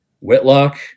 Whitlock